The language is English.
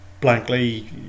blankly